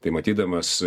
tai matydamas